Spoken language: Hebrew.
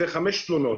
5 תלונות.